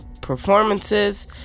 performances